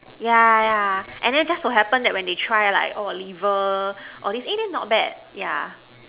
yeah yeah and then just so happen when they try like oh liver or this eh then not bad ya